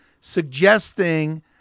suggesting